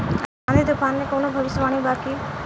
आँधी तूफान के कवनों भविष्य वानी बा की?